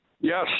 Yes